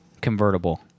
convertible